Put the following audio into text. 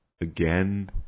again